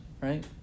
right